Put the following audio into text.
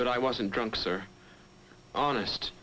but i wasn't drunks are honest